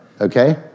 okay